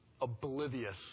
oblivious